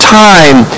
time